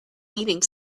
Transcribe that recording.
eating